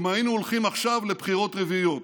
אם היינו הולכים עכשיו לבחירות רביעיות,